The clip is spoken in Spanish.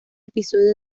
episodio